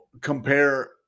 compare